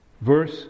Verse